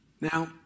Now